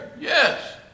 Yes